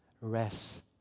rest